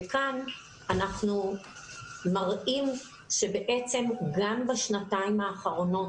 כאן אנחנו מראים שבעצם גם בשנתיים האחרונות,